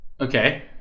Okay